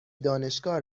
دانشگاه